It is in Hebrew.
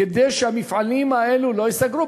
כדי שהמפעלים האלה לא ייסגרו,